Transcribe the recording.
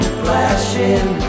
flashing